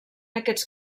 aquests